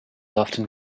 often